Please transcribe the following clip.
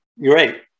Great